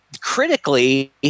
Critically